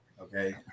Okay